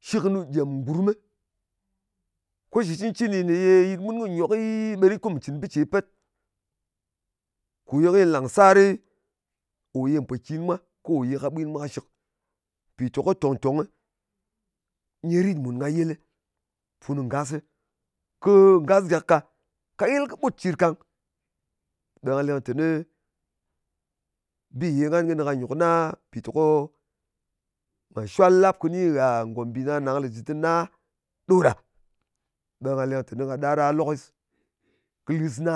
nshɨknu gyem gurmɨ. Ko shɨ cɨncɨni ne ye yɨt mun kɨ nyoki, ɓe rit kumm cɨn bɨ ce pet, kòye kɨy làng sari, nko ye mpòkin mwa, kɨ kò ye kaɓwin mwa kɨshɨk. Mpì teko tòng-tong nyɨ rit mùn ka yɨl funu ngasɨ. Kɨ ngas gàk ka, ka yɨl kɨɓut cir kang. Ɓe nga leng teni bi ngan kɨnɨ ka nyòk na mpìteko nga shwal lap kɨni gha ngòmbì nang-nāng dɨr na ɗo ɗa. Ɓe nga leng teni nga ɗar a lokes kɨ lɨs na.